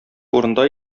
урында